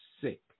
sick